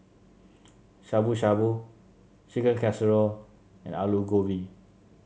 Shabu Shabu Chicken Casserole and Alu Gobi